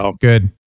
Good